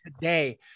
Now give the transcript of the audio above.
today